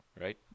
right